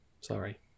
Sorry